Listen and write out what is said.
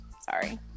Sorry